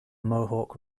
mohawk